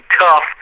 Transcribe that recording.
tough